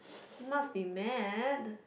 must be mad